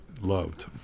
loved